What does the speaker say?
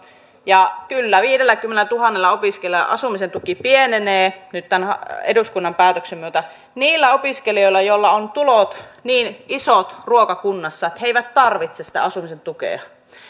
ja kyllä viidelläkymmenellätuhannella opiskelijalla asumisen tuki pienenee nyt tämän eduskunnan päätöksen myötä niillä opiskelijoilla joilla on tulot ruokakunnassa niin isot että he eivät tarvitse sitä asumisen